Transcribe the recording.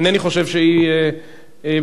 אינני חושב שהיא איגרת,